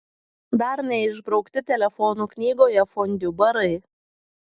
dar neišbraukti telefonų knygoje fondiu barai